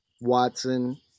Watson